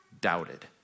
doubted